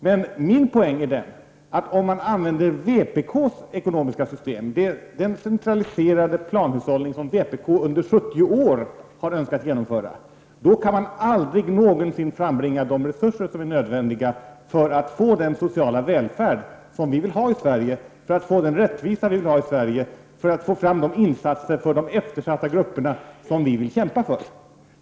Men min poäng är den att om man använder vpk-s ekonomiska system, den centraliserade planhushållning som vpk under 70 år har önskat genomföra, kan man aldrig någonsin frambringa de resurser som är nödvändiga för att få den sociala välfärd och den rättvisa som vill ha i Sverige och för att få fram de insatser för eftersatta grupper som vi vill kämpa för.